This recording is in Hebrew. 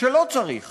שלא צריך